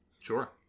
Sure